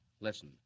Listen